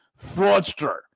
fraudster